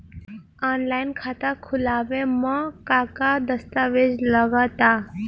Online खाता खूलावे म का का दस्तावेज लगा ता?